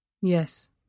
Yes